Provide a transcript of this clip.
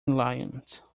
lions